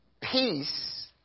peace